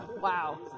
Wow